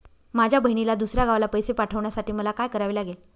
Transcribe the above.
माझ्या बहिणीला दुसऱ्या गावाला पैसे पाठवण्यासाठी मला काय करावे लागेल?